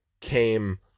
came